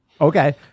Okay